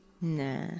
Nah